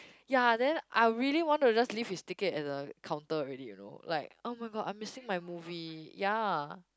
ya then I really want to just leave his ticket at the counter already you know like oh-my-god I'm missing my movie ya